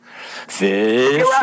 Fish